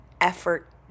effort